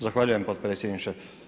Zahvaljujem potpredsjedniče.